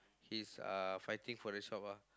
he's uh fighting for the shop ah